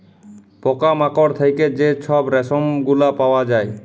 পকা মাকড় থ্যাইকে যে ছব রেশম গুলা পাউয়া যায়